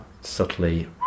subtly